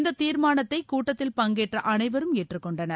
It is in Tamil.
இந்த தீர்மானத்தை கூட்டத்தில் பங்கேற்ற அனைவரும் ஏற்றுக்கொண்டனர்